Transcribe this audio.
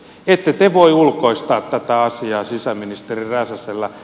ette te voi ulkoistaa tätä asiaa sisäministeri räsäselle